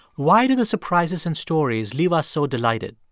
why do the surprises in stories leave us so delighted?